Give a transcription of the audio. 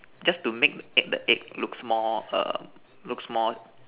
just to make the egg the egg looks more um looks more